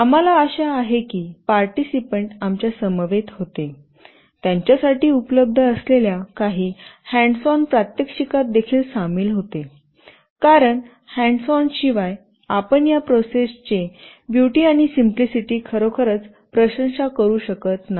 आम्हाला आशा आहे की पार्टीसिपंट आमच्या समवेत होते त्यांच्यासाठी उपलब्ध असलेल्या काही हँड्स ऑन प्रात्यक्षिकात देखील सामील होते कारण हँड्स ऑन शिवाय आपण या प्रोसेस चे ब्युटी आणि सिम्पलीसिटी खरोखरच प्रशंसा करू शकत नाही